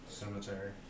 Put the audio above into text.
Cemetery